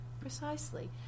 Precisely